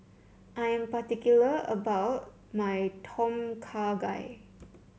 I am particular about my Tom Kha Gai